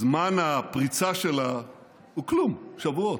זמן הפריצה שלה הוא כלום, שבועות,